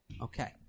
Okay